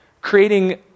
Creating